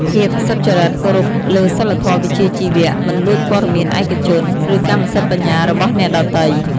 ភាពសុចរិតគោរពលើសីលធម៌វិជ្ជាជីវៈ មិនលួចព័ត៌មានឯកជន ឬកម្មសិទ្ធិបញ្ញារបស់អ្នកដទៃ។